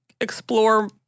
explore